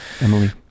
Emily